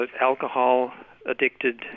alcohol-addicted